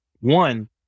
One